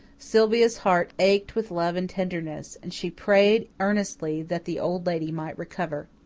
sylvia's heart ached with love and tenderness, and she prayed earnestly that the old lady might recover.